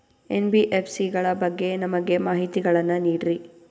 NBFC ಗಳ ಬಗ್ಗೆ ನಮಗೆ ಮಾಹಿತಿಗಳನ್ನ ನೀಡ್ರಿ?